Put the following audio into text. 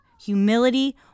Humility